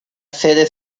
sede